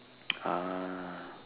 ah